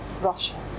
Russia